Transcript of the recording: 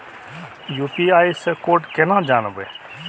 UPI से code केना जानवै?